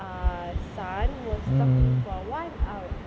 ah sun was talking for one hour